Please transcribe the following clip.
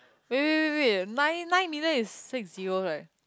wait wait wait wait wait nine nine million is six zero right